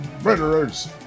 murderers